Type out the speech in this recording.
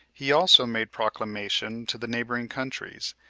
he also made proclamation to the neighboring countries,